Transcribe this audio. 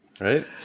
Right